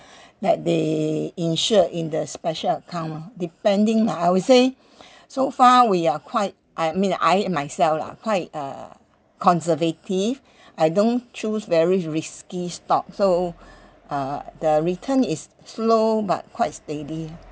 that they ensured in the special account lah depending uh I would say so far we are quite I mean uh I myself lah quite uh conservative I don't choose very risky stock so uh the return is slow but quite steady